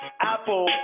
apple